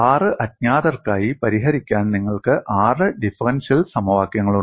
ആറ് അജ്ഞാതർക്കായി പരിഹരിക്കാൻ നിങ്ങൾക്ക് ആറ് ഡിഫറൻഷ്യൽ സമവാക്യങ്ങളുണ്ട്